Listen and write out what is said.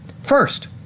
First